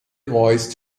voice